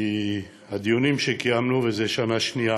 כי הדיונים שקיימנו, וזו השנה השנייה